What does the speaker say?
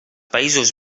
països